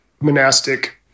monastic